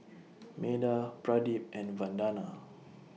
Medha Pradip and Vandana